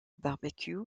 barbecue